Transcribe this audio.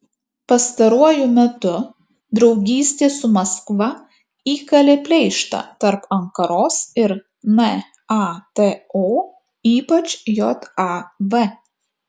pastaruoju metu draugystė su maskva įkalė pleištą tarp ankaros ir nato ypač jav